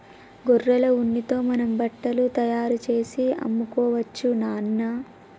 గొర్రెల ఉన్నితో మనం బట్టలు తయారుచేసి అమ్ముకోవచ్చు నాన్న